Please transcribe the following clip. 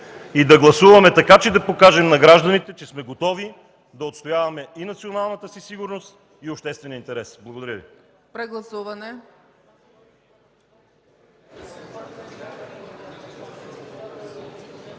и да гласуваме така, че да покажем на гражданите, че сме готови да отстояваме и националната си сигурност, и обществения интерес. Благодаря Ви.